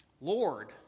Lord